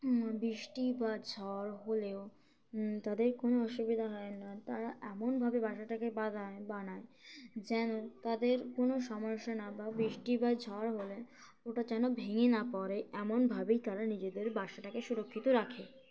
বৃষ্টি বা ঝড় হলেও তাদের কোনও অসুবিধা হয় না তারা এমনভাবে বাসাটাকে বানায় বানায় যেন তাদের কোনও সমস্যা না বা বৃষ্টি বা ঝড় হলে ওটা যেন ভেঙে না পড়ে এমনভাবেই তারা নিজেদের বাসাটাকে সুরক্ষিত রাখে